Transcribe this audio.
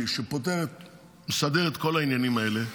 שפותר ומסדר את כל העניינים האלה,